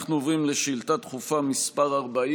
אנחנו עוברים לשאילתה דחופה מס' 40,